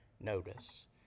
notice